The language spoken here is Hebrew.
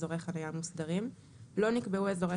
אזורי חניה מוסדרים); לא נקבעו אזורי